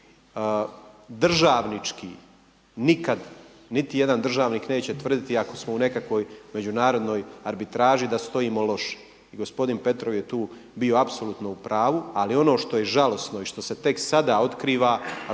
Državnički nikad niti jedan državnik neće tvrditi ako smo u nekakvoj međunarodnoj arbitraži da stojimo loše, i gospodin Petrov je tu bio apsolutno u pravu. Ali ono što je žalosno i što se tek sada otkriva